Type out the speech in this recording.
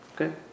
Okay